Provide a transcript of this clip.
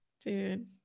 dude